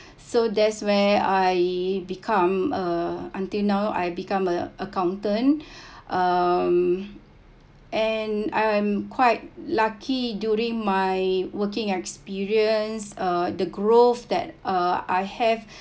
so that's where I become a until now I become a accountant um and I'm quite lucky during my working experience uh the growth that uh I have